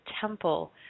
temple